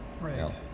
Right